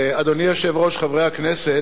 אדוני היושב-ראש, חברי הכנסת,